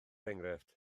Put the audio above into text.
enghraifft